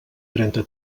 trenta